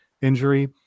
injury